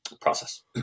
process